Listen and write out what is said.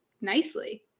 nicely